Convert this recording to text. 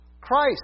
Christ